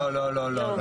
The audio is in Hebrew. לא, לא, לא.